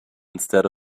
instead